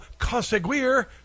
conseguir